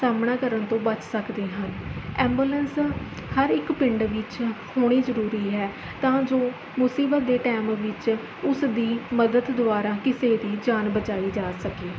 ਸਾਹਮਣਾ ਕਰਨ ਤੋਂ ਬਚ ਸਕਦੇ ਹਨ ਐਂਬੂਲੈਂਸ ਹਰ ਇੱਕ ਪਿੰਡ ਵਿੱਚ ਹੋਣੀ ਜ਼ਰੂਰੀ ਹੈ ਤਾਂ ਜੋ ਮੁਸੀਬਤ ਦੇ ਟਾਈਮ ਵਿੱਚ ਉਸ ਦੀ ਮਦਦ ਦੁਆਰਾ ਕਿਸੇ ਦੀ ਜਾਨ ਬਚਾਈ ਜਾ ਸਕੇ